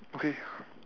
okay